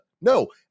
No